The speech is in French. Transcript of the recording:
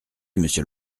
monsieur